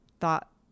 thought